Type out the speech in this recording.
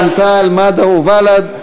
רע"ם-תע"ל-מד"ע ובל"ד.